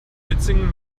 mitsingen